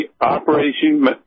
operation